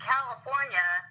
California